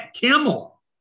Camel